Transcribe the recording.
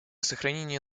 сохранения